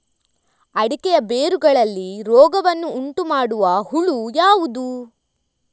ಅಡಿಕೆಯ ಬೇರುಗಳಲ್ಲಿ ರೋಗವನ್ನು ಉಂಟುಮಾಡುವ ಹುಳು ಯಾವುದು?